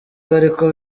bariko